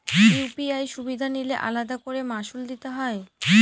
UPI সুবিধা নিলে আলাদা করে মাসুল দিতে হয়?